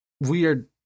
weird